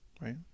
Right